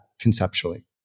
conceptually